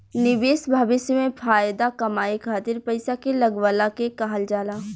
निवेश भविष्य में फाएदा कमाए खातिर पईसा के लगवला के कहल जाला